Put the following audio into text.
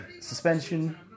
Suspension